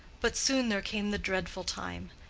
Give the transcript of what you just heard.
but soon there came the dreadful time.